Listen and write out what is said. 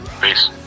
Peace